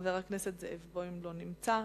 חבר הכנסת זאב בוים לא נמצא,